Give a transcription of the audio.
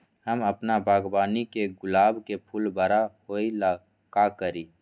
हम अपना बागवानी के गुलाब के फूल बारा होय ला का करी?